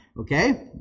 Okay